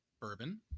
bourbon